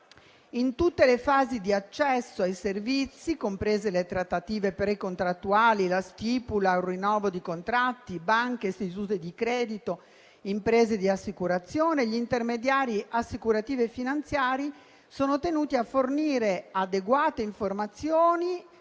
In tutte le fasi di accesso ai servizi, comprese le trattative precontrattuali, la stipula o il rinnovo di contratti, banche, istituti di credito, imprese di assicurazione, gli intermediari assicurativi e finanziari sono tenuti a fornire adeguate informazioni